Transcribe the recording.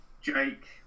Jake